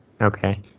Okay